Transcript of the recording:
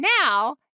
Now